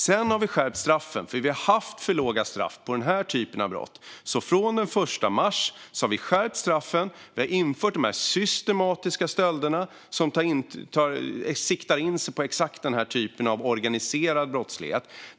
Sedan har vi skärpt straffen, för vi har haft för låga straff för den här typen av brott. Från den 1 mars har vi skärpt straffen. Vi har infört det för de systematiska stölder där man siktar in sig på exakt den här typen av organiserad brottslighet.